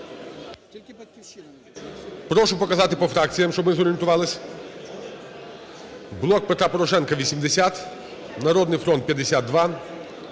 Прошу показати по фракціям, щоб ми зорієнтувалися. "Блок Петра Порошенка" – 80, "Народний фронт" – 52,